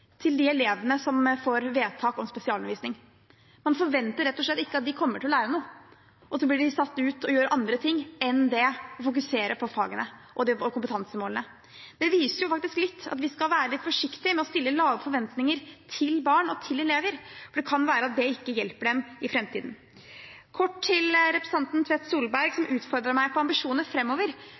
til de elevene som får vedtak om spesialundervisning. Man forventer rett og slett ikke at de kommer til å lære noe, og så blir de satt til å gjøre andre ting enn å fokusere på fagene og kompetansemålene. Det viser faktisk at vi skal være litt forsiktige med å stille lave forventninger til barn og til elever, for det kan være at det ikke hjelper dem i framtiden. Kort til representanten Tvedt Solberg, som utfordret meg på ambisjoner